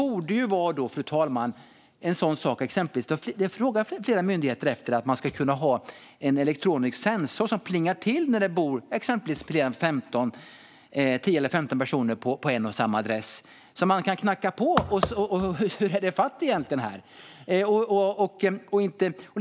Flera myndigheter frågar, fru talman, efter att kunna ha en elektronisk sensor som plingar till när det bor exempelvis mer än 10 eller 15 personer på en och samma adress. Då skulle man kunna knacka på och fråga hur det egentligen är fatt.